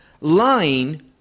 lying